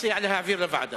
מציע להעביר לוועדה.